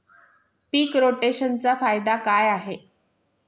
पीक रोटेशनचा फायदा काय आहे?